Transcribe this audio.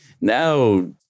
now